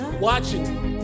watching